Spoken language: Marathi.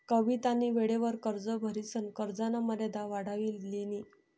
कवितानी वेळवर कर्ज भरिसन कर्जना मर्यादा वाढाई लिनी